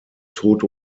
tote